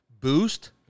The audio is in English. boost